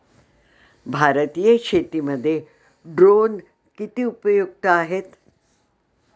भारतीय शेतीमध्ये ड्रोन किती उपयुक्त आहेत?